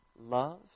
love